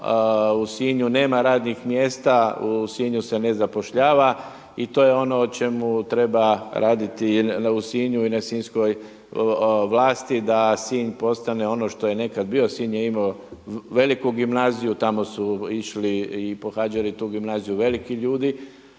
U Sinju nema radnih mjesta, u Sinju se ne zapošljava i to je ono o čemu treba raditi u Sinju i na Sinjskoj vlasti da Sinj postane ono što je nekada bio, Sinj je imao veliku gimnaziju, tamo su išli i pohađali tu gimnaziju veliki ljudi.